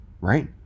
right